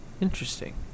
Interesting